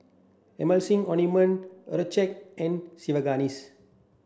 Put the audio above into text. Emulsying Ointment Accucheck and Sigvaris